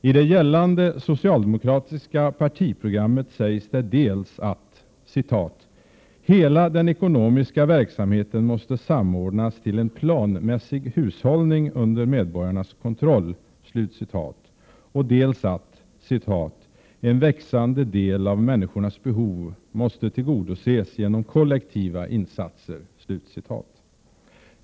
I det gällande socialdemokratiska partiprogrammet sägs dels att ”hela den ekonomiska verksamheten måste samordnas till en planmässig hushållning under medborgarnas kontroll”, dels att ”en växande del av människornas behov måste tillgodoses genom kollektiva insatser”.